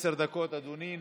עד עשר דקות, אדוני.